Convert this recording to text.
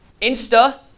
Insta